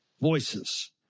voices